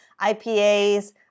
ipas